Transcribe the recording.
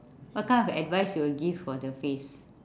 what kind of advice you would give for the face